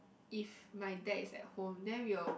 if my dad is at home then we will